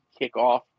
kickoff